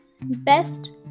Best